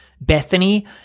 Bethany